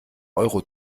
euro